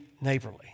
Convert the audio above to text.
neighborly